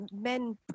men